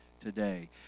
today